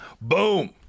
Boom